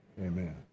amen